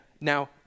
now